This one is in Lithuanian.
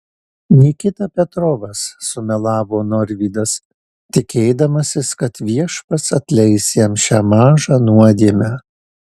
nikita petrovas sumelavo norvydas tikėdamasis kad viešpats atleis jam šią mažą nuodėmę